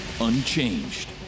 unchanged